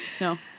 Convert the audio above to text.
no